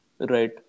Right